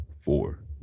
four